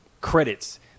credits